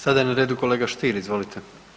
Sada je na redu kolega Stier, izvolite.